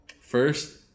First